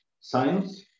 science